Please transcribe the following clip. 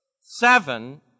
Seven